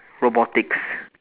robotics